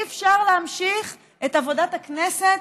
אי-אפשר להמשיך את עבודת הכנסת,